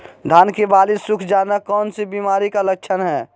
धान की बाली सुख जाना कौन सी बीमारी का लक्षण है?